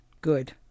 Good